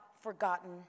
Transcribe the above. forgotten